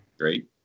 Great